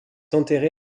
enterré